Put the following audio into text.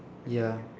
ya